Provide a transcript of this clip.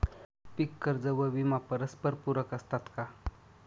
पीक कर्ज व विमा परस्परपूरक असतात का?